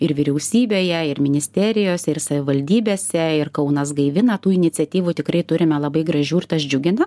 ir vyriausybėje ir ministerijose ir savivaldybėse ir kaunas gaivina tų iniciatyvų tikrai turime labai gražių ir tas džiugina